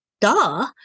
duh